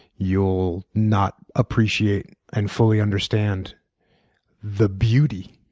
you'll not appreciate and fully understand the beauty